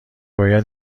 باید